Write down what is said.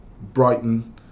Brighton